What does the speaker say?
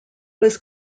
was